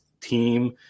team